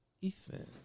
Ethan